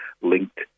linked